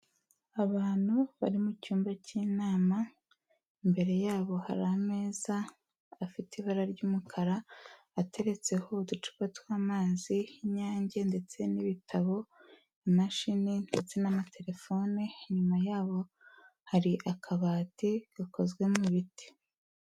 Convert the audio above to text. Abantu bari mu cyumba cy'inama, imbere yabo hari ameza afite ibara ry'umukara, ateretseho uducupa tw'amazi y'Inyange ndetse n'ibitabo, imashini ndetse n'amatelefone, inyuma yabo hari akabati gakozwe mu biti.